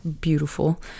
beautiful